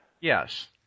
Yes